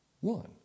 one